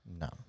No